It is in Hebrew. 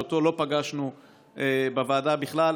שאותו לא פגשנו בוועדה בכלל,